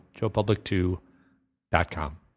joepublic2.com